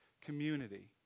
community